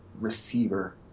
receiver